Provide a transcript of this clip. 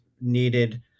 needed